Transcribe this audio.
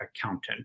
accountant